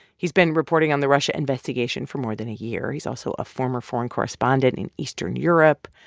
he's been reporting on the russia investigation for more than a year. he's also a former foreign correspondent and in eastern europe.